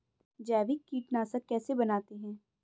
जैविक कीटनाशक कैसे बनाते हैं?